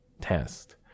test